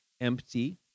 empty